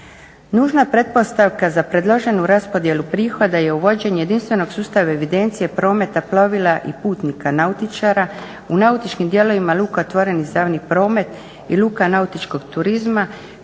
Nužna pretpostavka za predloženu raspodjelu prihoda je uvođenje jedinstvenog sustava evidencije prometa plovila i putnika nautičara u nautičkim dijelovima luka otvorenih za javni promet i luka nautičkog turizma